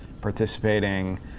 participating